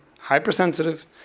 hypersensitive